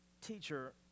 Teacher